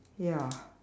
ya